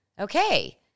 Okay